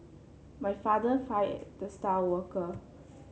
my father fired the star worker